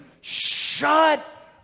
shut